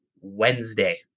Wednesday